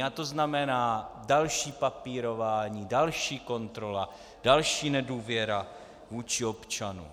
A to znamená další papírování, další kontrola, další nedůvěra vůči občanům.